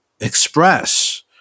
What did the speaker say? express